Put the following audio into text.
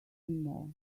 more